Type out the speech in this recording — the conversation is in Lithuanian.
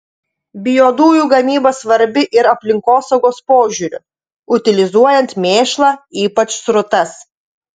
biodujų gamyba svarbi ir aplinkosaugos požiūriu utilizuojant mėšlą ypač srutas